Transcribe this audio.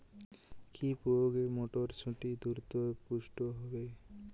কি প্রয়োগে মটরসুটি দ্রুত পুষ্ট হবে?